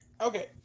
Okay